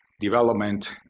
development,